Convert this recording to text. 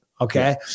okay